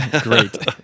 Great